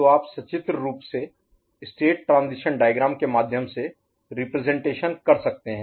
तो आप सचित्र रूप से स्टेट ट्रांजीशन डायग्राम के माध्यम से रिप्रजेंटेशन कर सकते हैं